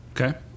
Okay